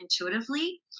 intuitively